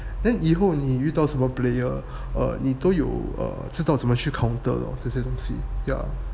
then 以后你遇到什么 player orh 你都有 err 知道怎么去 counter lor 这些东西 yeah